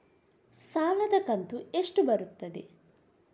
ಸಾಲದ ಕಂತು ಎಷ್ಟು ಬರುತ್ತದೆ?